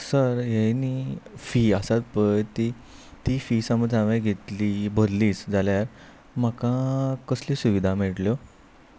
sir हे न्ही fee आसात पळय ती ती फी समज हांवे घेतली भरलीच जाल्यार म्हाका कसली सुविधा मेळटल्यो